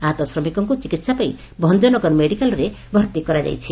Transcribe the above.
ଆହତ ଶ୍ରମିକଙ୍କୁ ଚିକିହା ପାଇଁ ଭଞ୍ଞନଗର ମେଡିକାଲରେ ଭର୍ତ୍ତି କରାଯାଇଛି